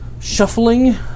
shuffling